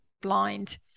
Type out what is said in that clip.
blind